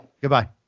Goodbye